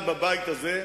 התניה.